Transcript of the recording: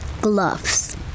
gloves